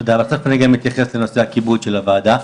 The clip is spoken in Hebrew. תכף אני גם אתייחס לכיבוד של הוועדה,